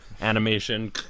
animation